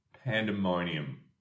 Pandemonium